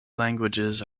languages